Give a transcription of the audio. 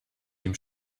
dem